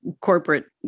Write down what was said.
corporate